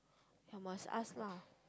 oh must ask lah